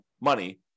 money